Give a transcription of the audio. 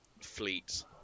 fleet